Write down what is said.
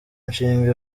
nshinga